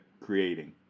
creating